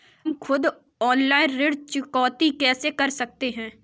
हम खुद ऑनलाइन ऋण चुकौती कैसे कर सकते हैं?